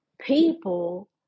people